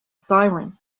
siren